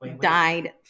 died